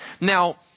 Now